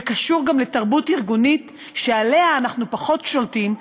וקשור גם לתרבות ארגונית שעליה אנחנו פחות שולטים,